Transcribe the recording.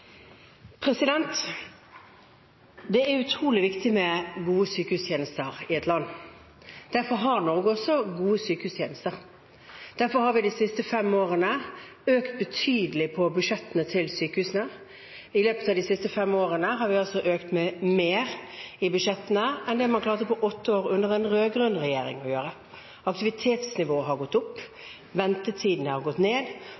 Det er utrolig viktig med gode sykehustjenester i et land. Derfor har Norge også gode sykehustjenester. Derfor har vi de siste fem årene økt budsjettene til sykehusene betydelig. I løpet av de siste fem årene har vi økt budsjettene med mer enn det man klarte å gjøre på åtte år med rød-grønn regjering. Aktivitetsnivået har gått opp. Ventetidene har gått ned.